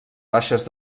baixes